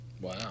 Wow